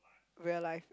real life